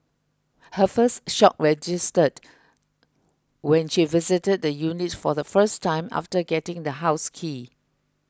her first shock registered when she visited the unit for the first time after getting the house key